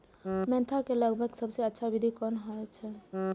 Mentha के लगवाक सबसँ अच्छा विधि कोन होयत अछि?